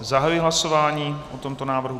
Zahajuji hlasování o tomto návrhu.